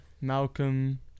Malcolm